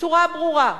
בצורה ברורה.